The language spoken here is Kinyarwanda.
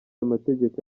amategeko